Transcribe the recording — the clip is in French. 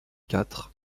quatre